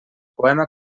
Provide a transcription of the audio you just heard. poema